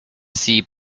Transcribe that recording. see